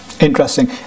Interesting